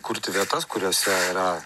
kurti vietas kuriose yra